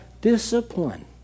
discipline